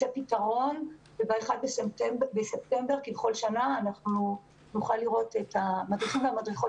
פתרון וב-1 בספטמבר כבכל שנה נוכל לראות את המדריכים והמדריכות